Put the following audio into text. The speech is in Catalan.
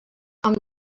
amb